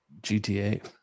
GTA